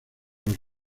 los